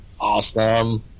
Awesome